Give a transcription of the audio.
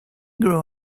grew